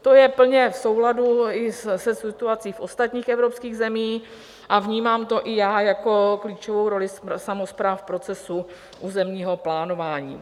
To je plně v souladu i se situací v ostatních evropských zemích a vnímám to i já jako klíčovou roli samospráv v procesu územního plánování.